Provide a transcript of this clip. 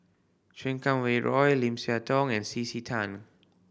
Chan Kum Wah Roy Lim Siah Tong and C C Tan